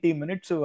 minutes